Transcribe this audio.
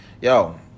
yo